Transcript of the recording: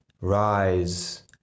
Rise